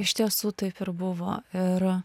iš tiesų taip ir buvo ir